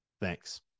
thanks